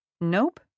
Nope